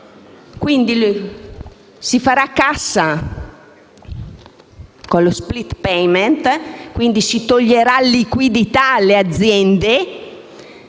Quindi si farà cassa con lo *split payment*, si toglierà liquidità alle aziende